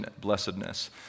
blessedness